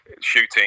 shooting